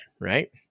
right